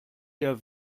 der